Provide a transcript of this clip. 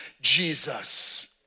Jesus